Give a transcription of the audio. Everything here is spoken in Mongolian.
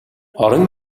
орон